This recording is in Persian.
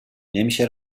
نمیشه